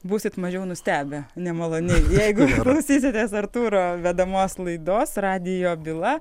būsit mažiau nustebę nemaloniai jeigu klausysitės artūro vedamos laidos radijo byla